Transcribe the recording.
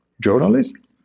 journalist